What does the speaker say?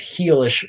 heelish